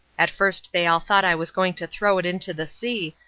at first they all thought i was going to throw it into the sea,